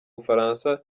bufaransa